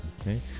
Okay